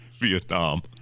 Vietnam